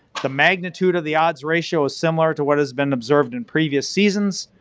the magnitude of the odds ratio is similar to what has been observed in previous seasons,